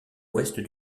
ouest